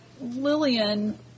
Lillian